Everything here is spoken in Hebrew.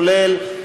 כולל,